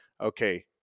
Okay